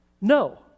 No